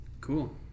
cool